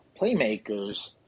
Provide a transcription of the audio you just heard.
playmakers